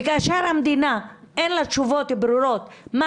כאשר למדינה אין תשובות ברורות מה